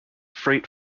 freight